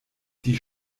die